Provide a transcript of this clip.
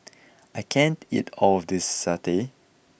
I can't eat all of this satay